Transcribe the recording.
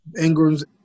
Ingram's